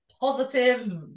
positive